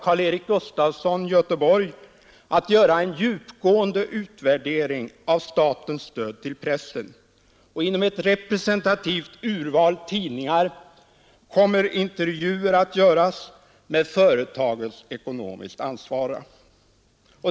Karl-Erik Gustavsson, Göteborg, att göra en djupgående utvärdering av statens stöd till pressen, Inom ett representativt urval tidningar kommer intervjuer att göras med företagens ekonomiskt ansvariga.